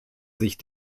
sich